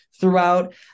throughout